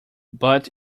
but